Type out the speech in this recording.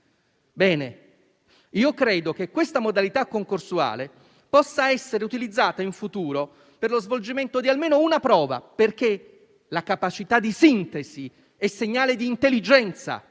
Bene, credo che questa modalità concorsuale possa essere utilizzata in futuro per lo svolgimento di almeno una prova, perché la capacità di sintesi è segnale di intelligenza,